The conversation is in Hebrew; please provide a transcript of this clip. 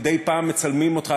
מדי פעם מצלמים אותך,